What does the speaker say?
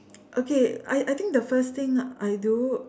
okay I I think the first thing I do